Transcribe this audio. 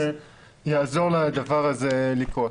שיעזור לדבר הזה לקרות.